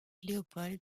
léopold